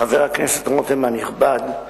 חבר הכנסת רותם הנכבד,